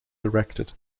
erected